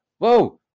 Whoa